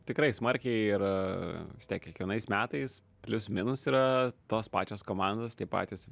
tikrai smarkiai ir vis tiek kiekvienais metais plius minus yra tos pačios komandos tie patys